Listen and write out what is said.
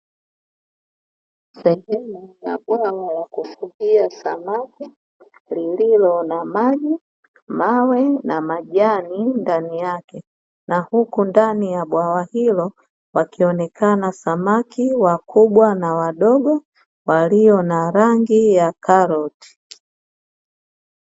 Sehemu ya bwawa la kufugia samaki lililo na maji, mawe na majani ndani yake na huku ndani ya bwawa hilo wakionekana samaki wakubwa na wadogo walio na rangi ya karoti.